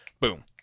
boom